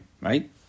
right